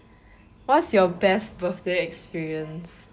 what's your best birthday experience